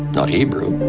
not hebrew.